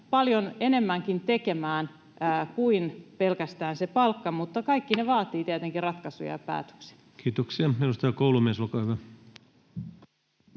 paljon enemmänkin tekemään kuin pelkästään se palkka, mutta kaikki ne vaativat tietenkin ratkaisuja ja päätöksiä. Kiitoksia. — Edustaja Koulumies, olkaa hyvä.